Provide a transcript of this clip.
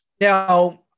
Now